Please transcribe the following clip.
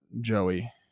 Joey